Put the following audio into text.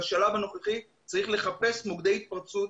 בשלב הנוכחי צריך לחפש מוקדי התפרצות,